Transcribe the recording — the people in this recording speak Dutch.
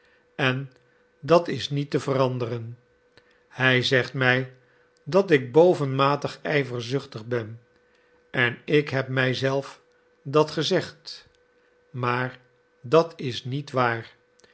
en dat is niet te veranderen hij zegt mij dat ik bovenmatig ijverzuchtig ben en ik heb mij zelf dat gezegd maar dat is niet waar